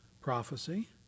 prophecy